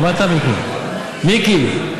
שמעת, מיקי?